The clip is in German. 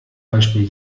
beispiel